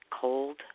cold